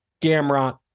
Gamrot